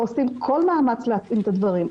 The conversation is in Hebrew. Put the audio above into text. עושים כל מאמץ להתאים את הדברים.